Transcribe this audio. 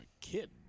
kid